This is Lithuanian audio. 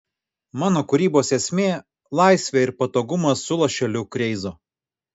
mano kūrybos esmė laisvė ir patogumas su lašeliu kreizo